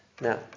Now